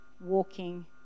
walking